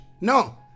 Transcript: No